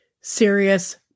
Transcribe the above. serious